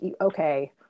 okay